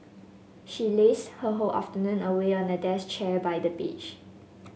she lazed her whole afternoon away on a deck chair by the beach